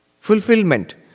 Fulfillment